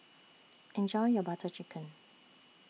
Enjoy your Butter Chicken